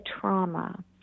trauma